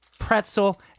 Pretzel